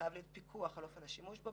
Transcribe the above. חייב להיות פיקוח על אופן השימוש בו.